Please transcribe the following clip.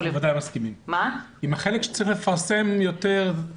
עם החלק שצריך לפרסם יותר, אנחנו מסכימים.